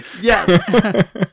Yes